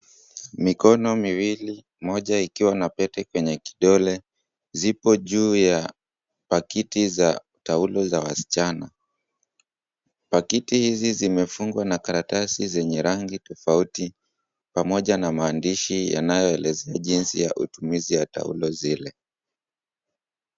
Mikono miwili moja ikiwa na pete kwenye kidole, zipo juu ya pakiti za taulo za wasichana. Pakiti hizi zimefungwa na karatasi zenye rangi tofauti pamoja na maandishi yanayo elezea utumizi ya taulo zile.